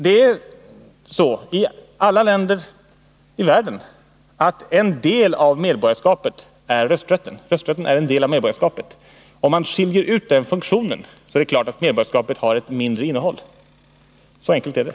Det är så i alla länder i världen att rösträtten är en del av medborgarskapet. Om man skiljer ut den funktionen är det klart att medborgarskapet har ett mindre innehåll. Så enkelt är det.